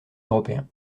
européen